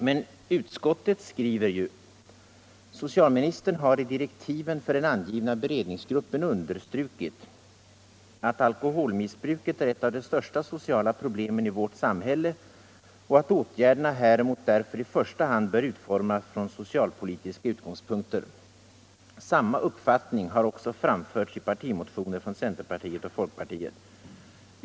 Men utskottet skriver ju: ”Socialministern har i direktiven för den angivna beredningsgruppen understrukit att alkoholmissbruket är ett av de största sociala problemen i vårt samhälle och att åtgärderna häremot därför i första hand bör utformas från socialpolitiska utgångspunkter. Samma uppfattning har också framförts i partimotioner från centerpartiet och folkpartiet.